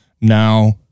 now